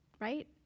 Right